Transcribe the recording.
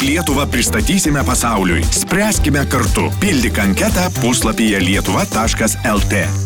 kaip lietuvą pristatysime pasauliui spręskime kartu pildyk anketą puslapyje lietuva taškas el t